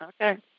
okay